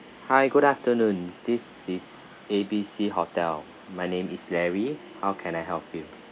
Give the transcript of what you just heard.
hi good afternoon this is A B C hotel my name is larry how can I help you